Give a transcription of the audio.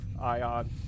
Ion